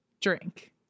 drink